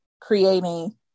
creating